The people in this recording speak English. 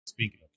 Speaking